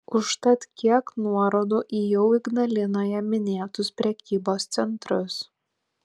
užtat kiek nuorodų į jau ignalinoje minėtus prekybos centrus